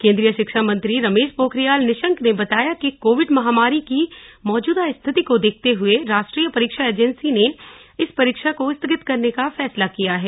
केंद्रीय शिक्षा मंत्री रमेश पोखरियाल निशंक ने बताया कि कोविड महामारी की मौजूदा स्थिति को देखते हुए राष्ट्रीय परीक्षा एजेंसी ने इस परीक्षा को स्थगित करने का फैसला किया है